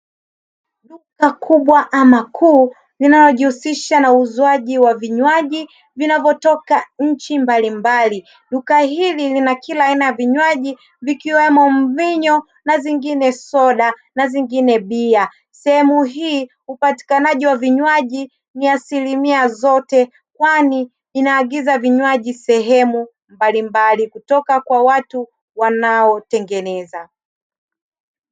Duka kubwa ama kuu, linalojihusisha na uuzwaji wa vinywaji vinavyotoka nchi mbalimbali. Duka hili lina kila aina ya vinywaji vikiwemo mvinyo, na zingine soda na zingine bia. Sehemu hii upatikanaji wa vinywaji ni asilimia zote, kwani inaagiza vinywaji sehemu mbalimbali kutoka kwa watu wanaotengeneza.